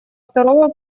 второго